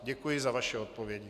Děkuji za vaše odpovědi.